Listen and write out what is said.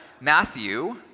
Matthew